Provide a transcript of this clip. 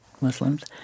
Muslims